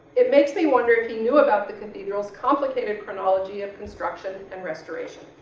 it makes me wonder if he knew about the cathedrals complicated chronology of construction and restoration.